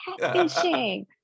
catfishing